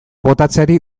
botatzeari